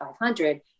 500